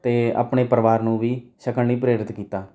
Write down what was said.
ਅਤੇ ਆਪਣੇ ਪਰਿਵਾਰ ਨੂੰ ਵੀ ਛੱਕਣ ਲਈ ਪ੍ਰੇਰਿਤ ਕੀਤਾ